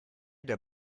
der